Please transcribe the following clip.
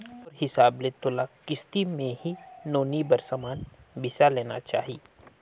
मोर हिसाब ले तोला किस्ती मे ही नोनी बर समान बिसा लेना चाही